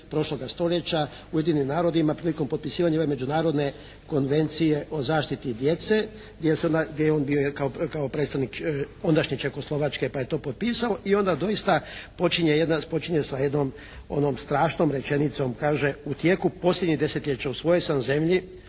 Ujedinjenim narodima prilikom potpisivanja ove Međunarodne konvencije o zaštiti djece gdje je on bio kao predstavnik ondašnje Čehoslovačke pa je to potpisao. I onda doista počinje sa jednom onom strašnom rečenicom. Kaže, u tijeku posljednjeg desetljeća u svojoj sam zemlji,